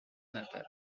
natal